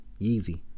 Yeezy